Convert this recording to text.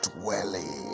dwelling